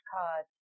cards